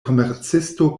komercisto